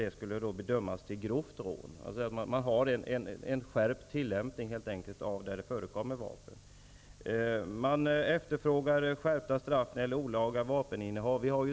Det skulle alltså helt enkelt bli fråga om en skärpt tillämpning av lagstiftningen i samband med brott där vapen förekommer. Det efterfrågas skärpta straff när det gäller olaga vapeninnehav.